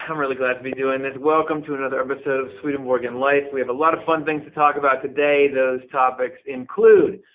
i'm really glad to be doing this. welcome to another episode of swedenborg and life. we have a lot of fun things to talk about today. those topics include.